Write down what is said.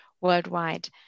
worldwide